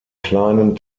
kleinen